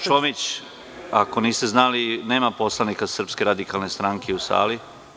Gospođo Čomić, ako niste znali, nema poslanika Srpske radikalne stranke u sali.